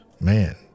Man